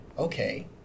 okay